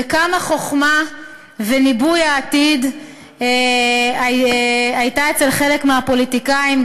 וכמה חוכמה וניבוי העתיד היו אצל חלק מהפוליטיקאים,